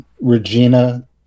regina